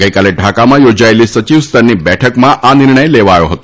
ગઈકાલે ઢાકામાં યોજાયેલી સચિવ સ્તરની બેઠકમાં આ નિર્ણય લેવાયો હતો